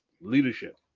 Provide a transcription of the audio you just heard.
leadership